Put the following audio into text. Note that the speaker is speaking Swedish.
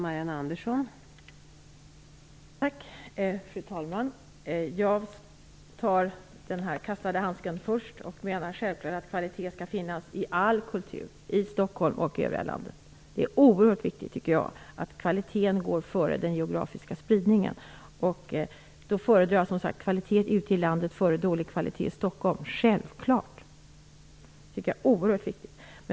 Fru talman! Jag tar den kastade handsken först. Jag menar självklart att kvalitet skall finnas i all kultur, i Stockholm och i övriga landet. Det är oerhört viktigt att kvaliteten går före den geografiska spridningen. Då föredrar jag kvalitet ute i landet före dålig kvalitet i Stockholm.